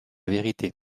vérité